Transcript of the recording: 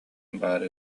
баара